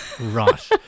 Right